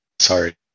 Sorry